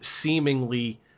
seemingly